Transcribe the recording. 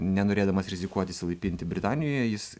nenorėdamas rizikuoti išsilaipinti britanijoje jis